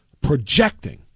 projecting